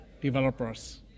developers